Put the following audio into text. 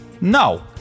No